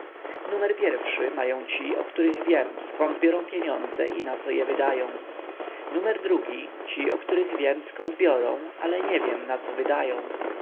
numer pierwszy mają ci o których wiem zkąd biorą pieniądze i naco je wydają numer drugi ci o których wiem zkąd biorą ale nie wiem naco wydają